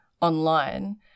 online